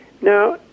Now